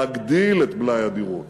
להגדיל את מלאי הדירות.